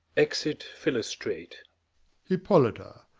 exit philostrate hippolyta,